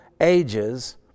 ages